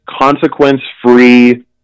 consequence-free